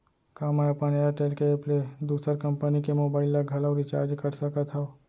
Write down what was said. का मैं अपन एयरटेल के एप ले दूसर कंपनी के मोबाइल ला घलव रिचार्ज कर सकत हव?